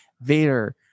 Vader